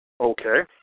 Okay